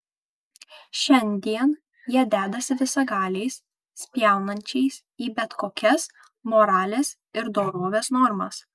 šiandien jie dedąsi visagaliais spjaunančiais į bet kokias moralės ir dorovės normas